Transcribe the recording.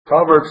Proverbs